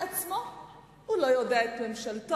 אהבתנו כולנו למדינה היחידה בעולם של העם